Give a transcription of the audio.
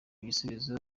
ibisubizo